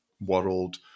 world